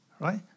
right